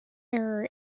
error